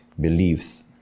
beliefs